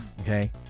Okay